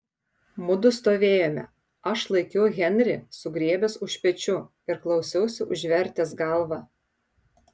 mudu stovėjome aš laikiau henrį sugriebęs už pečių ir klausiausi užvertęs galvą